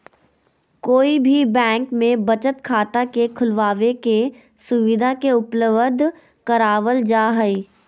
कोई भी बैंक में बचत खाता के खुलबाबे के सुविधा के उपलब्ध करावल जा हई